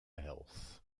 health